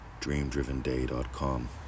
DreamDrivenDay.com